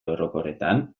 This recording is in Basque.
orokorretan